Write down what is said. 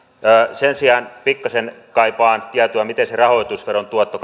sen sijaan pikkasen kaipaan tietoa miten se rahoitusveron tuotto